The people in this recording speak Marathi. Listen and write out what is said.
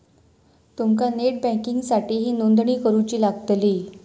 तुमका नेट बँकिंगसाठीही नोंदणी करुची लागतली